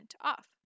off